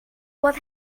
what